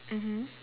mmhmm